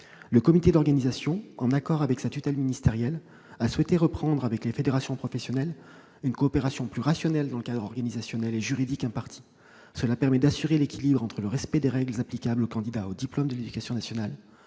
Le comité d'organisation, en accord avec sa tutelle ministérielle, a souhaité reprendre avec les fédérations professionnelles une coopération plus rationnelle dans le cadre organisationnel et juridique imparti. Une telle coopération permet d'assurer l'équilibre entre, d'une part, le respect des règles applicables aux candidats aux diplômes de l'éducation nationale